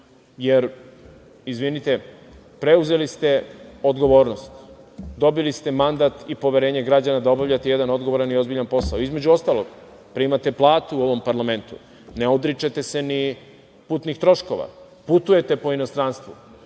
Izvinite, preuzeli ste odgovornost. Dobili ste mandat i poverenje građana da obavljate jedan odgovoran i ozbiljan posao. Između ostalog, primate platu u ovom parlamentu, ne odričete se ni putnih troškova, putujete po inostranstvu,